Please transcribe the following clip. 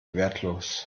wertlos